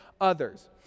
others